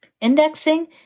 Indexing